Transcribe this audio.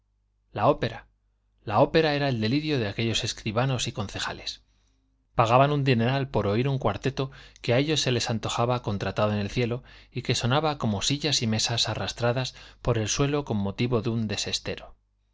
la ópera la ópera era el delirio de aquellos escribanos y concejales pagaban un dineral por oír un cuarteto que a ellos se les antojaba contratado en el cielo y que sonaba como sillas y mesas arrastradas por el suelo con motivo de un desestero